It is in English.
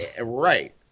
Right